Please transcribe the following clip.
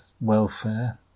welfare